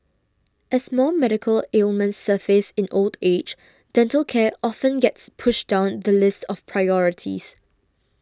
as more medical ailments surface in old age dental care often gets pushed down the list of priorities